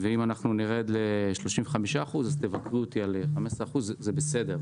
אם נרד ל-35%, תבקרו אותי על 15% וזה בסדר.